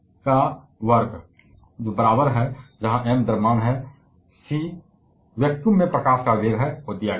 इसलिए आम तौर पर एक स्थिर यह विशेष रूप से बड़े पैमाने पर ऊर्जा रूपांतरण या इसके विपरीत देता है जहाँ m द्रव्यमान है और c निर्वात में प्रकाश का वेग है